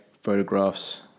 photographs